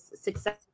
success